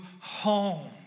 home